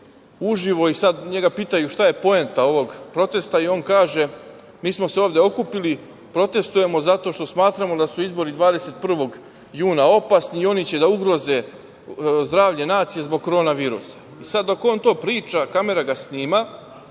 uživo. Njega pitaju - šta je poenta ovog protesta? On kaže - mi smo se ovde okupili, protestujemo, zato što smatramo da su izbori 21. juna opasni i oni će da ugroze zdravlje nacije zbog Koronavirusa. Dok on to priča, kamera ga snima,